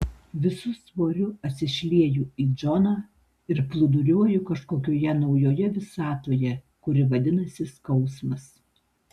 visu svoriu atsišlieju į džoną ir plūduriuoju kažkokioje naujoje visatoje kuri vadinasi skausmas